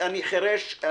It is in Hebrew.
אני חרש,